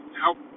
help